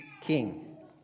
King